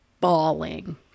bawling